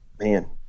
man